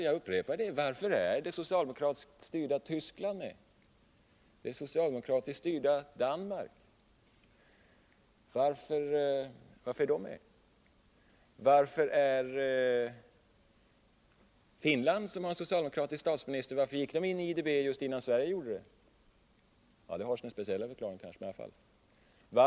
Jag upprepar frågan: Varför är det socialdemokratiskt styrda Tyskland och det socialdemokratiskt styrda Danmark med i IDB? Varför gick Finland, som har en socialdemokratisk statsminister, med i IDB just innan Sverige gjorde det? Det har kanske sin speciella förklaring, men jag ställer ändå frågan.